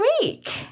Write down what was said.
week